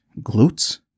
glutes